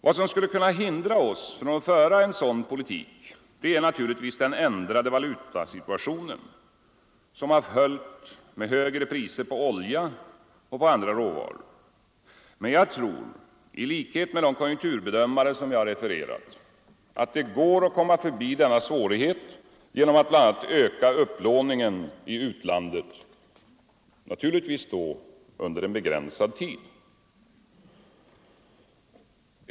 Vad som skulle kunna hindra oss att föra en sådan politik är naturligtvis den ändrade valutasituation som har följt med de högre priserna på olja och andra råvaror. Men jag tror, i likhet med de konjunkturbedömare som jag har refererat, att det går att komma förbi denna svårighet genom att bl.a. öka upplåningen i utlandet — naturligtvis under en begränsad tid.